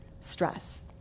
stress